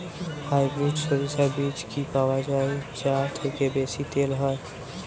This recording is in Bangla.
হাইব্রিড শরিষা বীজ কি পাওয়া য়ায় যা থেকে বেশি তেল হয়?